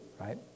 right